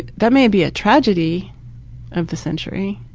that may be a tragedy of the century